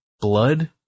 blood